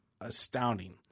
astounding